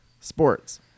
Sports